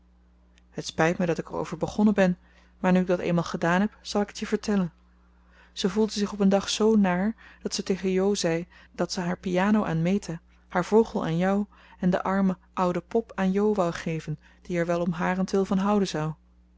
het spijt mij dat ik er over begonnen ben maar nu ik dat eenmaal gedaan heb zal ik het je vertellen ze voelde zich op een dag zoo naar dat ze tegen jo zei dat ze haar piano aan meta haar vogel aan jou en de arme oude pop aan jo wou geven die er wel om harentwil van houden zou